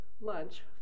lunch